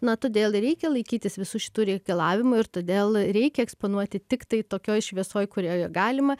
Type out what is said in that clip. na todėl ir reikia laikytis visų šitų reikalavimų ir todėl reikia eksponuoti tik tai tokioj šviesoj kurioje galima